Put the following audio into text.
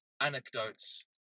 anecdotes